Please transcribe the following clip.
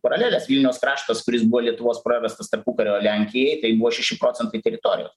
paraleles vilniaus kraštas kuris buvo lietuvos pravestas tarpukario lenkijai tai buvo šeši procentai teritorijos